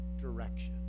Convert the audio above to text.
direction